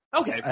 Okay